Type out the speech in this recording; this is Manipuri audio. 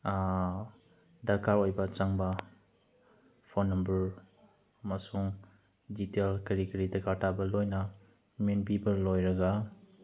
ꯗꯔꯀꯥꯔ ꯑꯣꯏꯕ ꯆꯪꯕ ꯐꯣꯟ ꯅꯝꯕꯔ ꯑꯃꯁꯨꯡ ꯗꯤꯇꯦꯜ ꯀꯔꯤ ꯀꯔꯤ ꯗꯐꯔꯀꯥꯔ ꯇꯥꯕ ꯂꯣꯏꯅ ꯃꯦꯟꯕꯤꯕ ꯂꯣꯏꯔꯒ